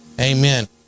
Amen